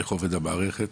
איך עובדת המערכת,